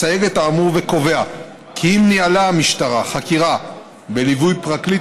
מסייג את האמור וקובע כי אם ניהלה המשטרה חקירה בליווי פרקליט